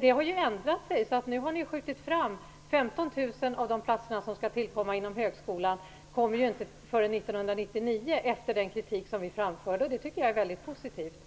Detta har ju ändrats, så att 15 000 av de platser som skall tillkomma inom högskolan inte kommer förrän 1999, efter den kritik som vi framförde. Det tycker jag är väldigt positivt.